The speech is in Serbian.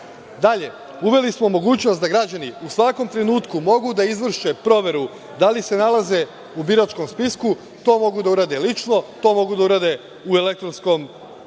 Dalje, uveli smo mogućnost da građani u svakom trenutku mogu da izvrše proveru da li se nalaze u biračkom spisku. To mogu da urade lično, to mogu da urade u elektronskim